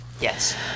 Yes